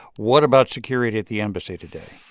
what about security at the embassy today?